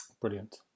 Brilliant